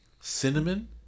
cinnamon